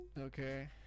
Okay